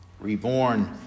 Reborn